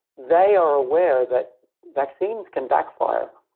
they are aware that vaccines can backfire.